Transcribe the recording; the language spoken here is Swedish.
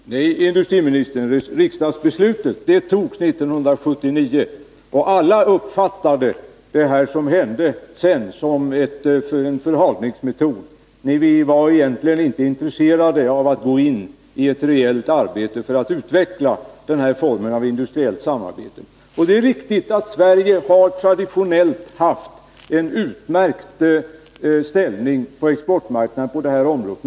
Fru talman! Nej, herr industriminister, riksdagsbeslutet fattades 1979 och alla uppfattar det som hände sedan som förhalning. Ni var egentligen inte intresserade av att gå in i ett rejält arbete för att utveckla den här formen av industriellt samarbete. Det är riktigt att Sverige traditionellt har haft en utmärkt ställning på exportmarknaden på det här området.